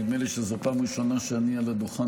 נדמה לי שזו הפעם הראשונה שבה אני עולה לדוכן,